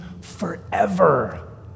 forever